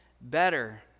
better